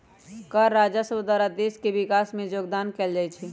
कर राजस्व द्वारा देश के विकास में जोगदान कएल जाइ छइ